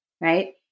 right